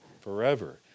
forever